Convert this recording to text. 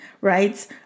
right